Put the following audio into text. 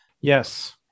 Yes